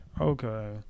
okay